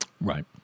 Right